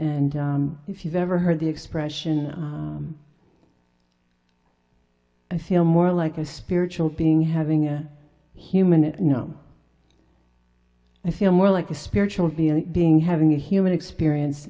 and if you've ever heard the expression i feel more like a spiritual being having a human and no i feel more like a spiritual being being having a human experience